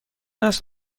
است